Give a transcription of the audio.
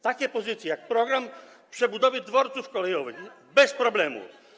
Takie pozycje jak program przebudowy dworców kolejowych - bez problemu.